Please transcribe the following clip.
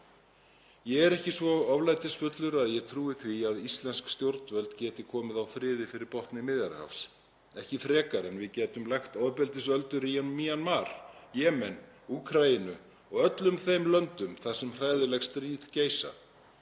Ég er ekki svo oflætisfullur að ég trúi því að íslensk stjórnvöld geti komið á friði fyrir botni Miðjarðarhafs, ekki frekar en við getum lægt ofbeldisöldur í Mjanmar, Jemen, Úkraínu og öllum þeim löndum þar sem hræðileg stríð geisa.